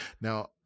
now